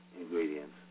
ingredients